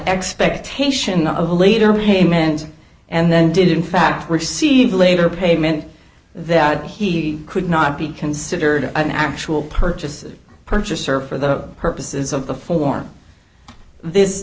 expectation of a later payment and then did in fact receive a later payment that he could not be considered an actual purchase purchaser for the purposes of the form this